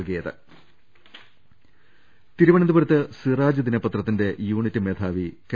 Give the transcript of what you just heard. ദർവ്വെടു തിരുവനന്തപുരത്ത് സിറാജ് ദിനപത്രത്തിന്റെ യൂണിറ്റ് മേധാവി കെ